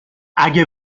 اگه